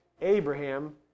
Abraham